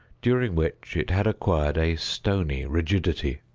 during which it had acquired a stony rigidity.